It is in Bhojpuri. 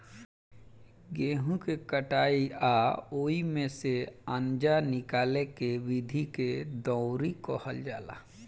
गेहूँ के कटाई आ ओइमे से आनजा निकाले के विधि के दउरी कहल जाला